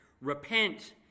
repent